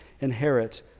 inherit